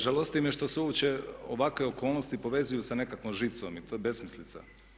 Žalosti me što se uopće ovakve okolnosti povezuju sa nekakvom žicom i to je besmislica.